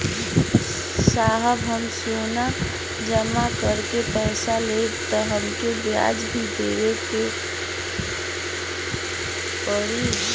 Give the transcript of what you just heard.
साहब हम सोना जमा करके पैसा लेब त हमके ब्याज भी देवे के पड़ी?